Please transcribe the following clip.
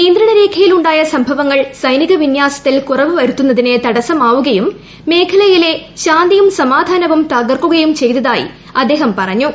നിയന്ത്രണരേഖയിലുണ്ടായ സംഭവങ്ങൾ സൈനിക വിന്യാസത്തിൽ കുറവ് വരുത്തുന്നതിന് തടസ്സമാവുകയും മേഖലയിലെ ശാന്തിയും സമാധാനവും തകർക്കുകയും ചെയ്തതായി അദ്ദേഹം പറഞ്ഞു